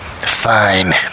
Fine